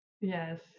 Yes